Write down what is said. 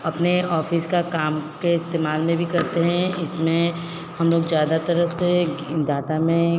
अपने ऑफिस का काम के इस्तेमाल में भी करते हैं इसमें हम लोग ज़्यादा तरफ से डाटा में